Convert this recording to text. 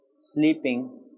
sleeping